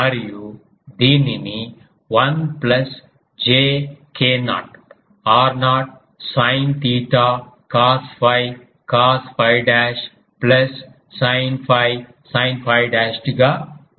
మరియు దీనిని 1 plus j k0 r0 sin theta cos 𝛟 cos 𝛟 dash plus sin 𝛟 sin 𝛟 dashed గా వ్రాయవచ్చు